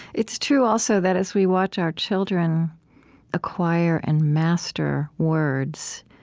it's true, also, that as we watch our children acquire and master words,